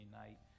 night